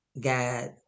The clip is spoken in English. God